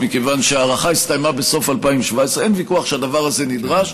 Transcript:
מכיוון שההארכה הסתיימה בסוף 2017. אין ויכוח שהדבר הזה נדרש.